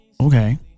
Okay